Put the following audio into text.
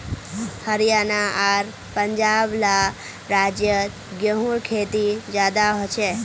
हरयाणा आर पंजाब ला राज्योत गेहूँर खेती ज्यादा होछे